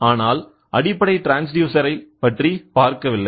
ஆனால் அடிப்படை ட்ரான்ஸ்டியூசர் பற்றி பார்க்கவில்லை